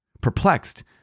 Perplexed